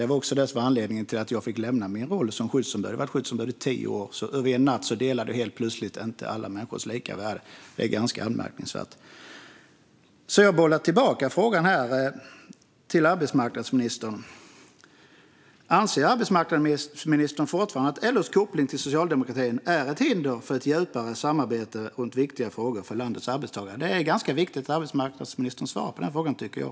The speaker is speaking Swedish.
Det var också det som var anledningen till att jag fick lämna min roll som skyddsombud. Jag hade varit skyddsombud i tio år. Över en natt stod jag helt plötsligt inte upp för alla människors lika värde. Det är ganska anmärkningsvärt. Jag bollar tillbaka frågan till arbetsmarknadsministern: Anser arbetsmarknadsministern fortfarande att LO:s koppling till socialdemokratin är ett hinder för ett djupare samarbete runt viktiga frågor för landets arbetstagare? Det är ganska viktigt att arbetsmarknadsministern svarar på den frågan, tycker jag.